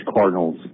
Cardinals